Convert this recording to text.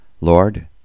lord